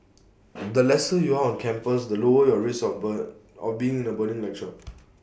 the lesser you are on campus the lower your risk of burn of being in A burning lecture